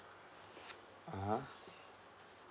(uh huh)